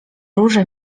róże